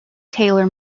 taylor